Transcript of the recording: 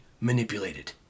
manipulated